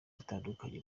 bitandukanye